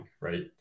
right